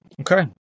Okay